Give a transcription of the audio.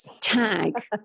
tag